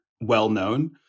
well-known